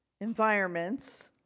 environments